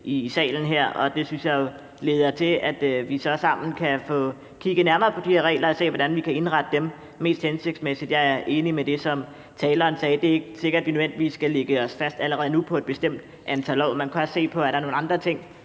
i salen her. Det synes jeg jo leder til, at vi sammen kan få kigget nærmere på de her regler og set på, hvordan vi kan indrette dem mest hensigtsmæssigt. Jeg er enig i det, som taleren sagde, nemlig at det ikke er sikkert, at vi allerede nu skal lægge os fast på et bestemt antal år. Man kan også se på, om der er nogle andre ting,